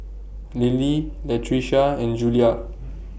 Lily Latricia and Julia